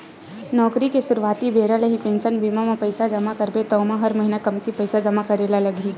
नउकरी के सुरवाती बेरा ले ही पेंसन बीमा म पइसा जमा करबे त ओमा हर महिना कमती पइसा जमा करे ल लगही